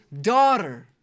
daughter